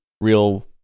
real